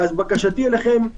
בקשתי אליכם,